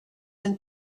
and